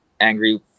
angry